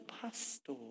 pastor